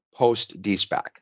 post-DSPAC